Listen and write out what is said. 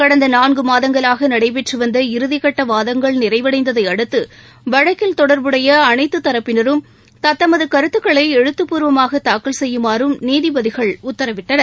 கடந்த நான்கு மாதங்களாக நடைபெற்று வந்த இறுதிக்கட்ட வாதங்கள் நிறைவடைந்ததை அடுத்து வழக்கில் தொடர்புடைய அனைத்து தரப்பினரும் தத்தமது கருத்துக்களை எழுத்துபூர்வமாக தாக்கல் செய்யுமாறும் நீதிபதிகள் உத்தரவிட்டனர்